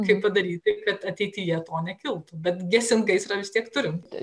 kaip padaryti kad ateityje to nekiltų bet gesint gaisrą vis tiek turim